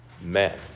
men